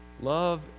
Love